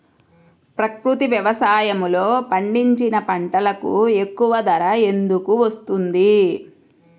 ప్రకృతి వ్యవసాయములో పండించిన పంటలకు ఎక్కువ ధర ఎందుకు వస్తుంది?